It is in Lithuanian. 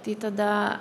tai tada